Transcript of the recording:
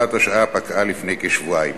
הוראת השעה פקעה לפני כשבועיים.